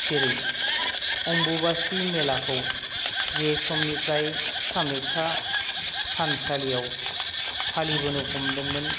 जेरै अमबुबासि मेलाखौ जे समनिफ्राय कामाख्या थानसालियाव फालिबोनो हमदोंमोन